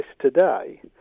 today